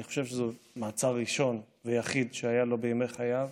אני חושב שזה מעצר ראשון ויחיד שהיה לו בימי חייו,